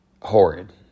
horrid